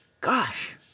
Gosh